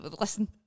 Listen